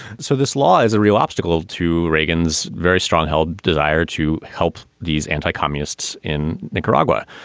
so this law is a real obstacle to reagan's very strong held desire to help these anti-communists in nicaragua.